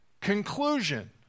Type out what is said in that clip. Conclusion